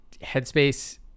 headspace